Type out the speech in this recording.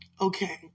Okay